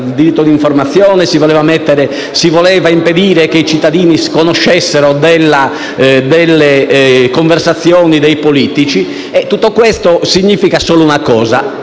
diritto all'informazione, che si voleva impedire che i cittadini conoscessero le conversazioni dei politici. Tutto questo significa solo due cose: